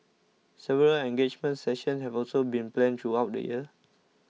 several engagement sessions have also been planned throughout the year